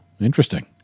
interesting